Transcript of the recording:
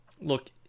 look